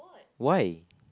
why